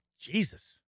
Jesus